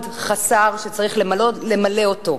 מצטבר עוד חסר שצריך למלא אותו,